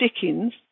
Dickens